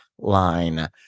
Line